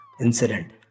incident